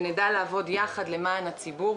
ונדע לעבוד יחד למען הציבור,